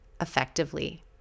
effectively